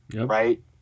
right